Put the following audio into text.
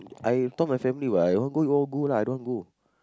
I thought my family what I don't go you all go lah I don't want go